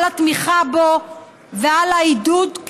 על התמיכה בו ועל העידוד,